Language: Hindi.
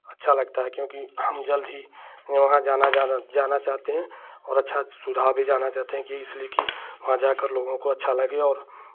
अच्छा लगता है क्योंकि हम जल्द ही वहाँ जाना चाहते हैं और अच्छा सुझाव भी जाना चाहते हैं कि इसलिए की वहाँ जाकर लोगों को अच्छा लगे और